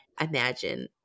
imagine